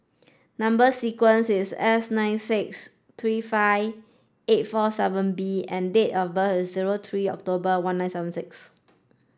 number sequence is S nine six three five eight four seven B and date of birth is zero three October one nine seven six